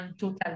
Total